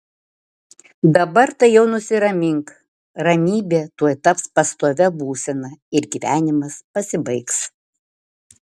dabar tai jau nusiramink ramybė tuoj taps pastovia būsena ir gyvenimas pasibaigs